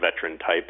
veteran-type